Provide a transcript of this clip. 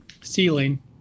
ceiling